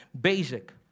basic